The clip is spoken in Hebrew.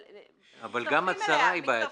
בסדר, אבל גם --- אבל גם הצהרה היא בעייתית.